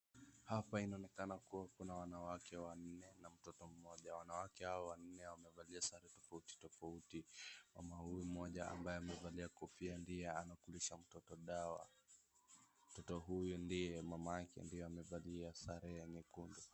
Hapa inaonekana kuwa kuna wanawake wanne na mtoto mmoja wanawake hawa wanne wamevalia sare tofauti tofauti kama huyu mmoja ambaye amevalia kofia ndiye anakulisha mtoto dawa mtoto huyu ndiye mamamke amevalia sare ya nyekundu.